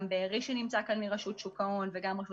גם בארי מרשות שוק ההון שנמצא כאן וגם הרשות